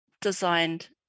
designed